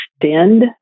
extend